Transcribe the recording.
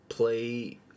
play